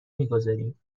میگذاریم